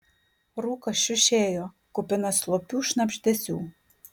rūkas šiušėjo kupinas slopių šnabždesių